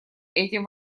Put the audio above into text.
этим